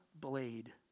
blade